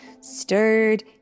stirred